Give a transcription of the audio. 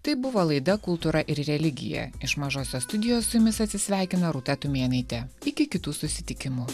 tai buvo laida kultūra ir religija iš mažosios studijos su jumis atsisveikino rūta tumėnaitė iki kitų susitikimų